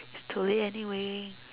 it's too late anyway